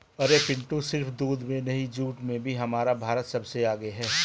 अरे पिंटू सिर्फ दूध में नहीं जूट में भी हमारा भारत सबसे आगे हैं